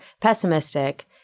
pessimistic